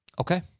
Okay